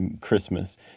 Christmas